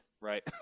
right